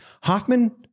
Hoffman